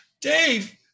Dave